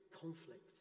Conflict